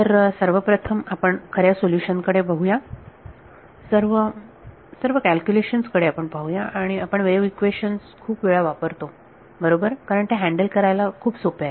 तर सर्वप्रथम आपण खऱ्या सोल्युशन कडे बघू या सर्व सर्व कॅलक्युलेशन्स कडे आपण पाहू या आपण वेव्ह इक्वेशन खूप वेळा वापरतो बरोबर कारण ते हँडल करायला खूप सोपे आहे